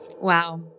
Wow